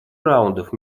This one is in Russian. раундов